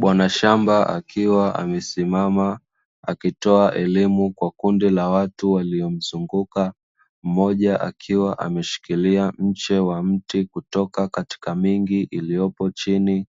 Bwana shamba akiwa amesimama, akitoa elimu kwa kundi la watu waliomzunguka, mmoja akiwa ameshikilia mche wa mti kutoka katika mingi iliyopo chini,